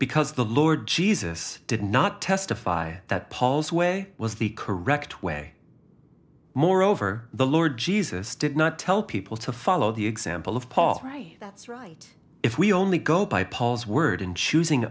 because the lord jesus did not testify that paul's way was the correct way moreover the lord jesus did not tell people to follow the example of paul that's right if we only go by paul's word in choosing